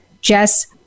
Jess